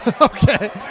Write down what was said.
Okay